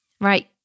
right